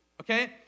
okay